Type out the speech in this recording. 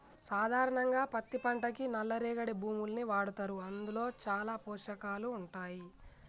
సాధారణంగా పత్తి పంటకి నల్ల రేగడి భూముల్ని వాడతారు అందులో చాలా పోషకాలు ఉంటాయి